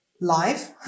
live